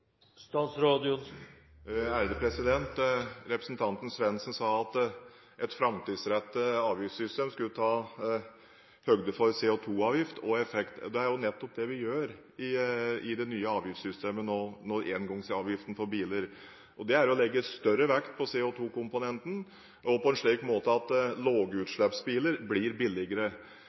Representanten Svendsen sa at et framtidsrettet avgiftssystem skulle ta høyde for CO2-avgift og -effekt. Det er jo nettopp det vi gjør i det nye avgiftssystemet når det gjelder engangsavgiften på biler. Det er å legge større vekt på CO2-komponenten og på en slik måte at lavutslippsbiler blir billigere.